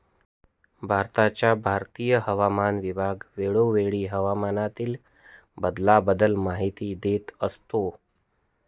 भारताचा भारतीय हवामान विभाग वेळोवेळी हवामानातील बदलाबद्दल माहिती देत असतो